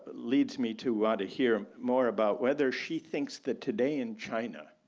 leads me to want to hear more about whether she thinks that today in china,